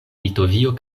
litovio